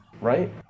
right